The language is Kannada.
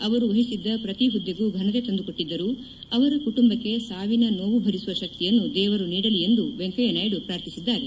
ಅವರು ವಹಿಸಿದ್ದ ಪ್ರತಿ ಹುದ್ದೆಗೂ ಘನತೆ ತಂದುಕೊಟ್ಟಿದ್ದರು ಅವರ ಕುಟುಂಬಕ್ಕೆ ಸಾವಿನ ನೋವು ಭರಿಸುವ ಶಕ್ತಿಯನ್ನು ದೇವರು ನೀಡಲಿ ಎಂದು ವೆಂಕಯ್ಯ ನಾಯ್ಡು ಪ್ರಾರ್ಥಿಸಿದ್ದಾರೆ